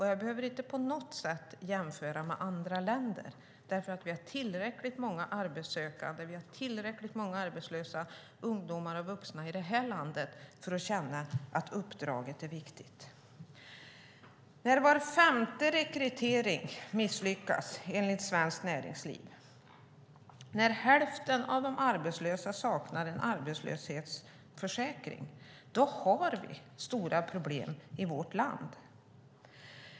Jag behöver inte på något sätt jämföra med andra länder, därför att vi har tillräckligt många arbetssökande, vi har tillräckligt många arbetslösa ungdomar och vuxna, i det här landet för att känna att uppdraget är viktigt. När var femte rekrytering misslyckas enligt Svenskt Näringsliv och när hälften av de arbetslösa saknar en arbetslöshetsförsäkring har vi stora problem i vårt land.